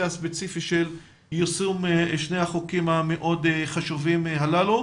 הספציפי של יישום שני החוקים המאוד חשובים האלה,